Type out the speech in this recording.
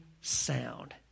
sound